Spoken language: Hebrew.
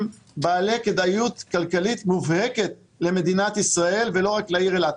בעלי כדאיות כלכלית מובהקת למדינת ישראל ולא רק לעיר אילת.